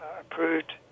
approved